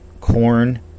corn